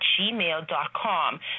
gmail.com